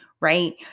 right